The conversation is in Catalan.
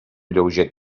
lleuger